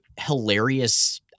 hilarious